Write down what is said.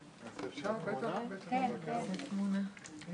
כולם, אני